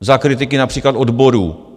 Za kritiky například odborů.